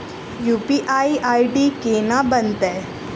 UPI ID केना बनतै?